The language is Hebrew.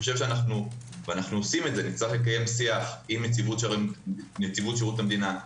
צריך אנחנו עושים זאת לקיים שיח עם נציבות שירות המדינה,